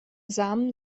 samen